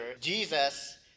Jesus